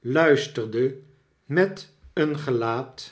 luisterde met een gelaat